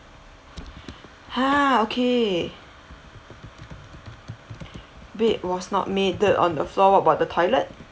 !huh! okay bed was not made dirt on the floor what about the toilet